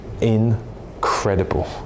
Incredible